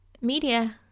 media